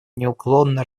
неуклонно